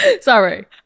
Sorry